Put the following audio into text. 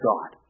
God